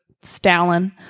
Stalin